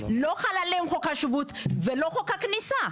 לא חללי חוק השבות ולא חוק הכניסה,